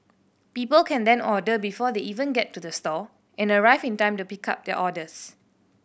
people can then order before they even get to the store and arrive in time to pick up their orders